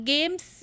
Games